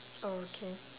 oh okay